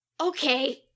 Okay